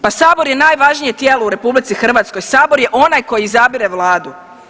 Pa sabor je najvažnije tijelo u RH, sabor je onaj koji izabire vladu.